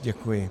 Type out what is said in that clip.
Děkuji.